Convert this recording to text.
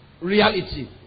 reality